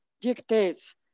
dictates